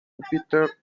júpiter